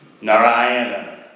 Narayana